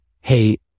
hey